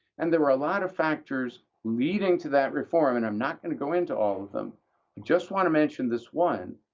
and there were a lot of factors leading to that reform, and i'm not going to go into all of them. i just want to mention this one.